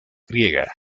griega